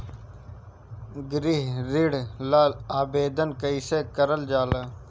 गृह ऋण ला आवेदन कईसे करल जाला?